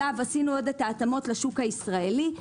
עליו עשינו את ההתאמות לשוק הישראלי,